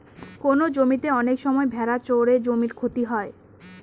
কোনো জমিতে অনেক সময় ভেড়া চড়ে জমির ক্ষতি হয়